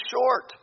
short